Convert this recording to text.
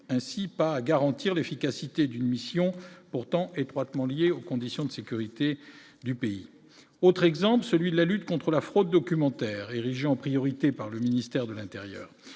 ainsi pas à garantir l'efficacité d'une mission pourtant étroitement lié aux conditions de sécurité du pays, autre exemple, celui de la lutte contre la fraude documentaire érigée en priorité par le ministère de l'Intérieur,